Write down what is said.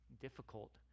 difficult